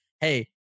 hey